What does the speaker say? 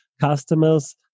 customers